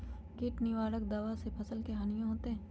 किट निवारक दावा से फसल के हानियों होतै?